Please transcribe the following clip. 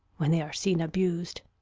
when they are seen abus'd.